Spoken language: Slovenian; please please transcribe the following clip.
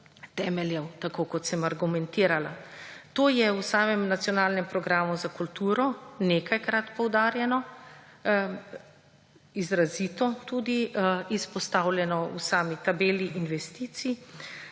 temeljev, tako, kot sem argumentirala. To je v samem Nacionalnem programu za kulturo nekajkrat poudarjeno, izrazito tudi izpostavljeno v sami tabeli investicij